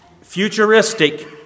futuristic